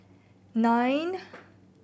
nine